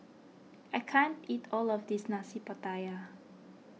I can't eat all of this Nasi Pattaya